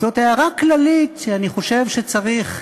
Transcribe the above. זאת הערה כללית שאני חושב שצריך,